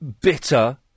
bitter